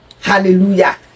hallelujah